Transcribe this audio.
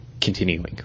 continuing